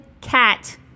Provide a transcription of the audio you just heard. cat